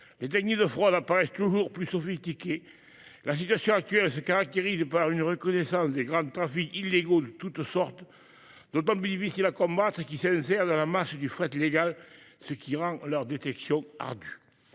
Les techniques de fraude apparaissent toujours plus sophistiquées. La situation actuelle se caractérise par une recrudescence des grands trafics illégaux de toutes sortes, d’autant plus difficiles à combattre qu’ils s’insèrent dans la masse du fret légal, ce qui rend leur détection ardue.